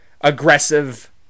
aggressive